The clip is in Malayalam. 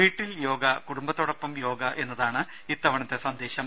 വീട്ടിൽ യോഗ കുടുംബത്തോടൊപ്പം യോഗ എന്നതാണ് ഇത്തവണത്തെ സന്ദേശം